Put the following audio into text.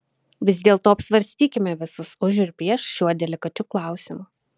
vis dėlto apsvarstykime visus už ir prieš šiuo delikačiu klausimu